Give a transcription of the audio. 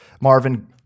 Marvin